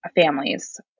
families